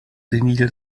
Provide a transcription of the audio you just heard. senil